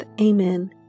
Amen